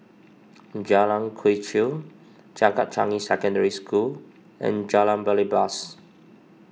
Jalan Quee Chew Changkat Changi Secondary School and Jalan Belibas